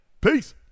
Peace